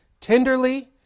Tenderly